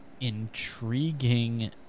intriguing